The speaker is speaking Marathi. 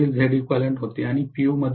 u मधील Zeq होते आणि पी